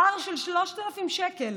פער של 3,000 שקל.